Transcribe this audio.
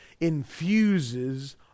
infuses